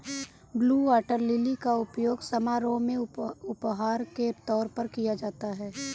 blue water lily का प्रयोग समारोह में उपहार के तौर पर किया जाता है